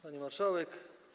Pani Marszałek!